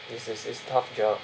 this is it's tough job